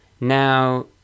Now